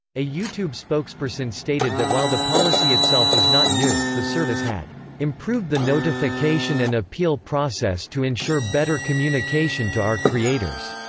a youtube spokesperson stated that while the policy itself was not new, the service had improved the notification and appeal process to ensure better communication to our creators.